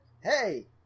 hey